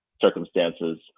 circumstances